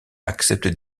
accepte